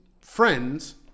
friends